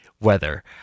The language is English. weather